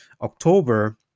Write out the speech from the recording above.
October